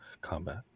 combat